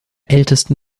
ältesten